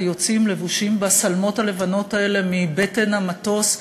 יוצאים לבושים בשלמות הלבנות האלה מבטן המטוס,